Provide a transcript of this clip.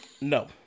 No